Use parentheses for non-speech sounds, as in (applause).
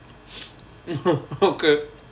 (laughs) okay